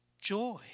joy